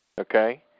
okay